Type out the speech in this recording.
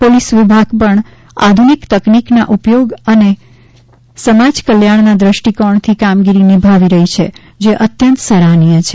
police વિભાગ પણ આધુનિક તકનીકના ઉપયોગ અને સમાજ કલ્યાણના દ્રષ્ટિકોણથી કામગીરી નિભાવી રહી છે જે અત્યંત સરાહનીય છે